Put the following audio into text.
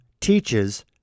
teaches